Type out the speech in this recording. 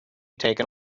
taken